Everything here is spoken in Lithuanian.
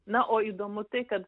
na o įdomu tai kad